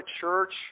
church